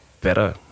better